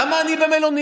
למה אני במלונית?